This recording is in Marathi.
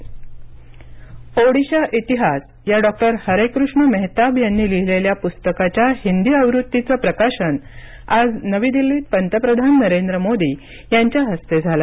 पंतप्रधान ओडिशा ओडिशा इतिहास या डॉक्टर हरेकृष्ण मेहताब यांनी लिहीलेल्या पुस्तकाच्या हिंदी आवृत्तीचं प्रकाशन आज नवी दिल्लीत पंतप्रधान नरेंद्र मोदी यांच्या हस्ते झालं